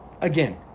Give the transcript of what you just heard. again